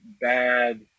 bad